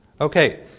Okay